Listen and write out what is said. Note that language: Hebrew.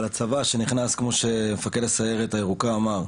אבל הצבא שנכנס, כמו שמפקד הסיירת הירוקה אמר,